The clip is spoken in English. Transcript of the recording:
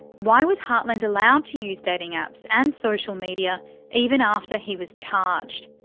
why was hartland allowed to use dating apps and social media even after he was charged.